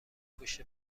پشت